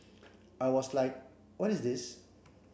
I was like what is this